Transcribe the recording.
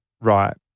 right